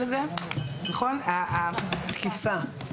תקיפה,